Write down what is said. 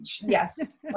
yes